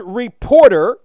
reporter